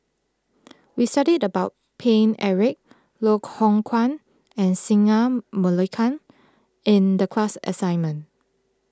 we studied about Paine Eric Loh Hoong Kwan and Singai Mukilan in the class assignment